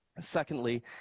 Secondly